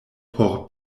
por